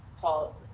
call